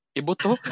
ibuto